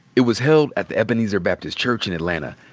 it was held at the ebenezer baptist church in atlanta,